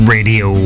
Radio